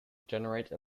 generate